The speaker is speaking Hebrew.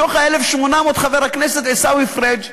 מתוך ה-1,800, חבר הכנסת עיסאווי פריג',